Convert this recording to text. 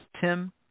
Tim